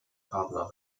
partner